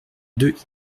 deux